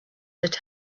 that